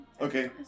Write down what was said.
Okay